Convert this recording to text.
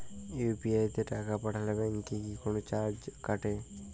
UPI তে টাকা পাঠালে ব্যাংক কি কোনো চার্জ কাটে?